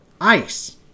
ICE